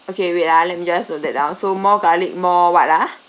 okay wait ah let me just note that down so more garlic more what ah